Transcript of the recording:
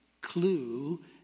clue